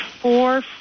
four